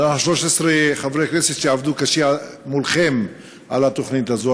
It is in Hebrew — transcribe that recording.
ואנחנו 13 חברי כנסת שעבדו קשה מולכם על התוכנית הזאת.